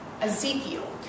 Ezekiel